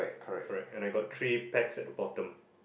correct and I got three packs at the bottom